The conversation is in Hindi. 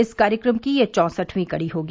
इस कार्यक्रम की यह चौसठवीं कड़ी होगी